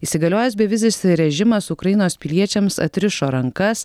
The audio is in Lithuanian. įsigaliojęs bevizis režimas ukrainos piliečiams atrišo rankas